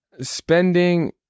spending